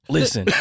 Listen